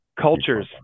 cultures